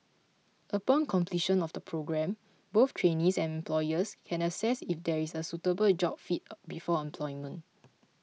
upon completion of the programme both trainees and employers can assess if there is a suitable job fit before employment